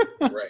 Right